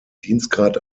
dienstgrad